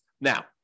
Now